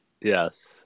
Yes